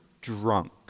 drunk